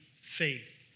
faith